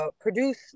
produce